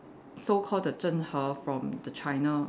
so called the Zheng-He from the China